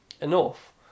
enough